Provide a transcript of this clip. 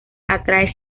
atrae